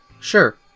Sure